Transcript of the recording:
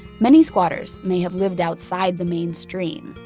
many squatters may have lived outside the mainstream,